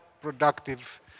productive